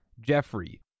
Jeffrey